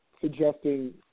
suggesting